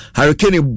Hurricane